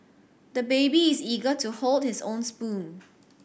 the baby is eager to hold his own spoon